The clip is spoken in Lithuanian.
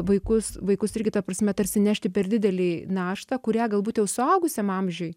vaikus vaikus ir kita prasme tarsi nešti per didelį naštą kurią galbūt jau suaugusiam amžiui